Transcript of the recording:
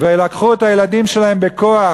ולקחו את הילדים שלהם בכוח.